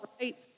right